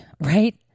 right